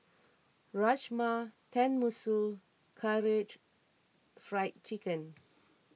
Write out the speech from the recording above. Rajma Tenmusu and Karaage Fried Chicken